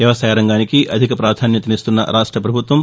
వ్యవసాయ రంగానికి అధిక ప్రాధాన్యతనిస్తున్న రాష్ట పభుత్వం